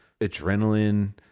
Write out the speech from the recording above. adrenaline